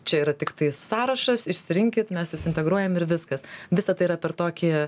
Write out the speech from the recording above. čia yra tiktai sąrašas išsirinkit mes jus integruojam ir viskas visa tai yra per tokį